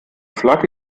flagge